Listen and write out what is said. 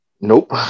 Nope